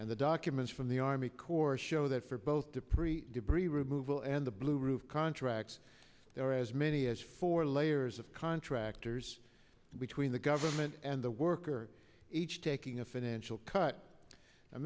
and the documents from the army corps show that for both to pre debris removal and the blue roof contracts there are as many as four layers of contractors between the government and the worker each taking a financial cut